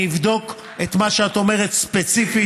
ואני אבדוק את מה שאת אומרת ספציפית.